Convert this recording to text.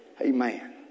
Amen